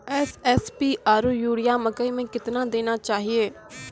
SSP आरु urea मकई मे कितना देना चाहिए?